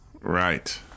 Right